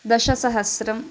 दशसहस्रम्